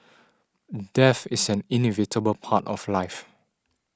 death is an inevitable part of life